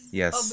yes